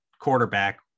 quarterback